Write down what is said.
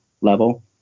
level